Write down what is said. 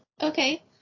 Okay